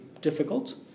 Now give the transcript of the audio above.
difficult